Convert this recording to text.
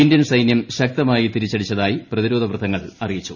Indian സൈന്യം ശക്തമായി തിരിച്ചുടിച്ചതായി പ്രതിരോധ വൃത്തങ്ങൾ അറിയിച്ചു